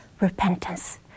repentance